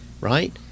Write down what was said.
right